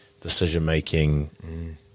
decision-making